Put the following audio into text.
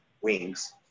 wings